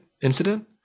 Incident